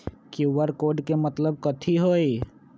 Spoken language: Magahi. कियु.आर कोड के मतलब कथी होई?